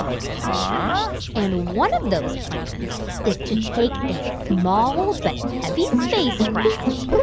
uh-huh and one of those plans is to take a small but heavy spacecraft,